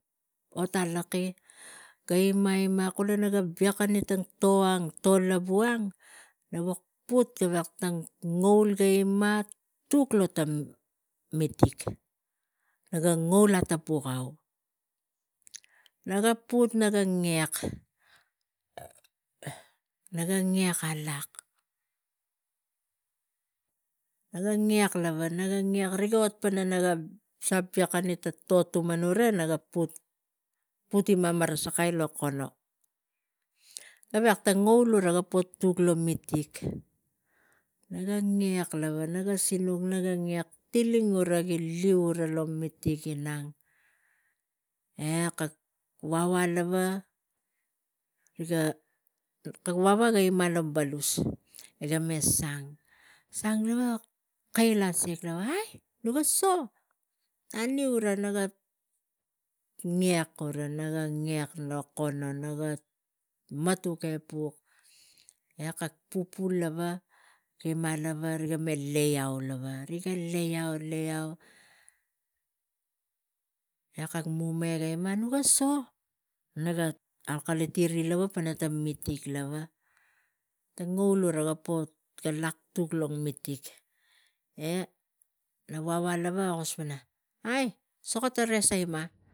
Ot ataki ga inia inia kula nga vikoni tang toh ang toh lavu na buk put gavek tang ngaul ga inia tuk lo ta mitik naga ngaul atapukau nak put naga ngek naga ngek alak naga lava riga ot pana na ga vikon tato tuman na ga put inia marasai lo kono gavek tang ngaul uva ga poh tuk lo mitik na ga ngek lava naga sinuk na ga ngek tiling uva gi liu inang lo mitik eh kak wawa lava kak wawa ga inia lo balus eh gah meh sang lava ga kail asiak aii naga so nanui naga ngek lo kono naga matuk epuk eh ri pu riga meh lai iau eh kak munil ga inia naga soh naga akaliti ri pana ta mitik na wawa ga kus pana aii suka ta resa inia.